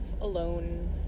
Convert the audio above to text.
alone